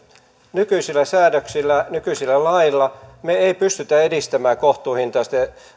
nykyisillä säädöksillä nykyisillä laeilla me emme pysty edistämään kohtuuhintaisten